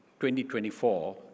2024